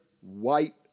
white